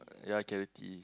ya charity